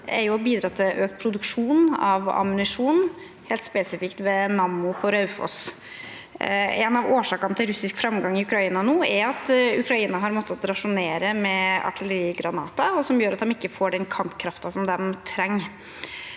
å bidra til økt produksjon av ammunisjon, helt spesifikt ved Nammo på Raufoss. En av årsakene til russisk framgang i Ukraina nå er at Ukraina har måttet rasjonere med artillerigranater, som gjør at de ikke får den kampkraften de trenger.